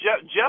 Jeff